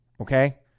okay